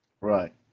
Right